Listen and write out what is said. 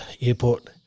airport